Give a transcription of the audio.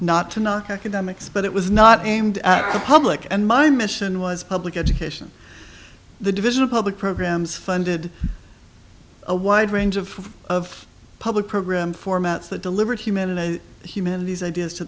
not to knock academics but it was not aimed at the public and my mission was public education the division of public programs funded a wide range of of public program formats that delivered humanity and humanities ideas to